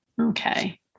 Okay